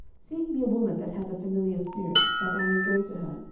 seek me a woman that hath a familiar spirit, that i may go to her,